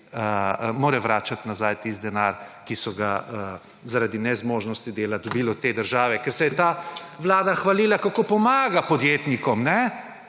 morajo vračati nazaj tisti denar, ki so ga zaradi nezmožnosti dela dobili od te države, ker se je ta Vlada hvalila kako pomaga podjetnikom,